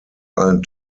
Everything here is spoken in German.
allen